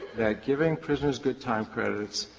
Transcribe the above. that giving prisoners good time credits